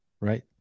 right